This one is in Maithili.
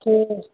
ठीक